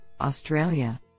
Australia